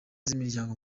z’imiryango